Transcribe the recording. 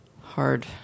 Hard